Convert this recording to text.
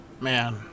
man